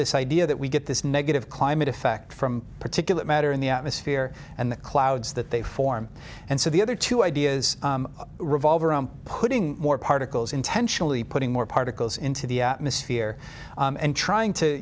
this idea that we get this negative climate effect from particulate matter in the atmosphere and the clouds that they form and so the other two ideas revolve around putting more particles intentionally putting more particles into the atmosphere and trying to